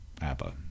ABBA